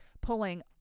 pulling